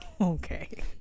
Okay